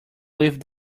live